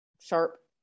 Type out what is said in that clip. sharp